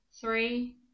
Three